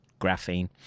graphene